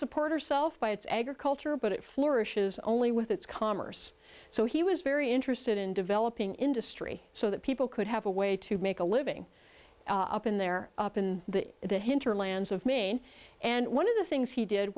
support herself by its agriculture but it flourishes only with its commerce so he was very interested in developing industry so that people could have a way to make a living up in there up in the hinterlands of maine and one of the things he did